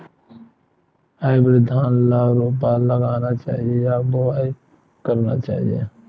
Hybrid धान ल रोपा लगाना चाही या बोआई करना चाही?